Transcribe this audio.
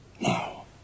Now